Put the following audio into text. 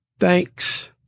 thanks